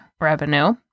revenue